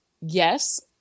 Yes